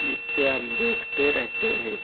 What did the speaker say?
जिससे हम देखते रहते हैं